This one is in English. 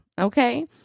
Okay